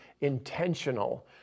intentional